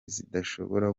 zidashobora